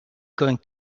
going